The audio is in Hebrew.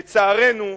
לצערנו,